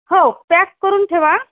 हो पॅक करून ठेवा